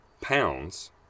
pounds